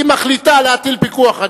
היא מחליטה להטיל פיקוח.